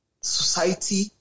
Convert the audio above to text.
society